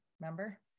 Remember